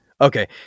Okay